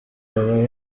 baba